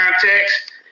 context